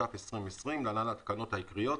התש"ף-2020 (להלן התקנות העיקריות),